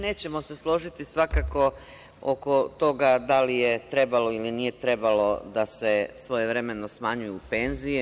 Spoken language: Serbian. Nećemo se složiti svakako oko toga da li je trebalo ili nije trebalo da se svojevremeno smanjuju penzije.